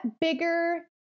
bigger